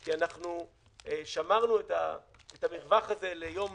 כי אנחנו שמרנו את המרווח הזה ליום